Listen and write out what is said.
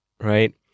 right